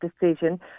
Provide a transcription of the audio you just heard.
decision